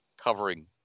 covering